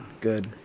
Good